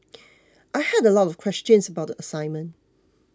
I had a lot of questions about the assignment